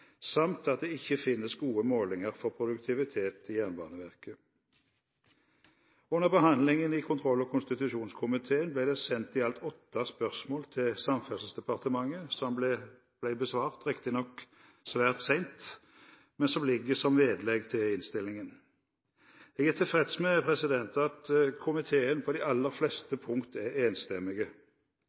samt at det ikke finnes gode målinger for produktivitet i Jernbaneverket. Under behandlingen i kontroll- og konstitusjonskomiteen ble det sendt i alt åtte spørsmål til Samferdselsdepartementet, som ble besvart – riktignok svært sent – og som ligger som vedlegg til innstillingen. Jeg er tilfreds med at komiteen på de aller fleste punkter er